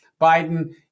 Biden